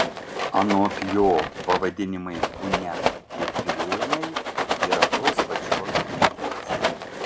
anot jo pavadinimai punia ir pilėnai yra tos pačios kilties